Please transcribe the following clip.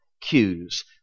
cues